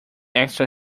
extra